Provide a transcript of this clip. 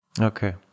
Okay